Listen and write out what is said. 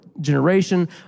generation